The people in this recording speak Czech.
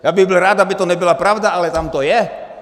Já bych byl rád, aby to nebyla pravda, ale tam to je!